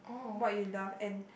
what you love and